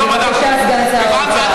אף אחד לא נותן לך ציונים,